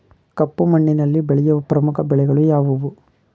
ಕಪ್ಪು ಮಣ್ಣಿನಲ್ಲಿ ಬೆಳೆಯುವ ಪ್ರಮುಖ ಬೆಳೆಗಳು ಯಾವುವು?